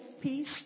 peace